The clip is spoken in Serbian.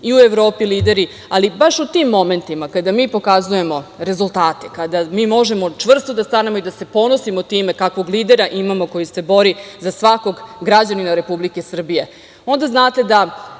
i u Evropi lideri, ali baš u tim momentima kada mi pokazujemo rezultate, kada možemo čvrsto da stanemo i da se ponosimo time kakvog lidera imamo, koji se bori za svakog građanina Republike Srbije, onda znate da